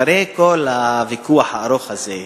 אחרי כל הוויכוח הארוך הזה,